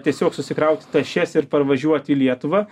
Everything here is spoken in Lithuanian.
tiesiog susikrauti tašes ir parvažiuoti į lietuvą